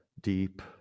deep